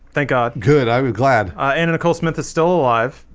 thank god good. i was glad anna nicole smith is still alive,